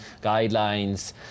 guidelines